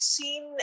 seen